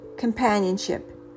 companionship